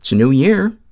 new year,